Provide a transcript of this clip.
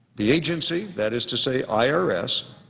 the agency, that is to say i r s,